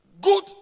Good